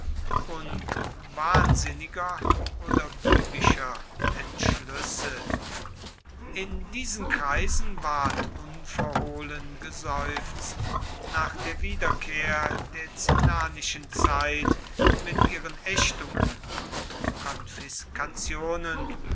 und wahnsinniger oder bübischer entschlüsse in diesen kreisen ward unverhohlen geseufzt nach der wiederkehr der cinnanischen zeit mit ihren ächtungen und